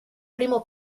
primo